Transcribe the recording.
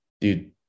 dude